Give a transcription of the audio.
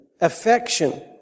affection